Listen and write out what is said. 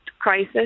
crisis